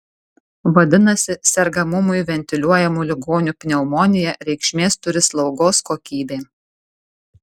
vadinasi sergamumui ventiliuojamų ligonių pneumonija reikšmės turi slaugos kokybė